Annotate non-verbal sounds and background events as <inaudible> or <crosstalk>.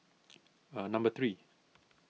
<noise> number three